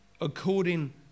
according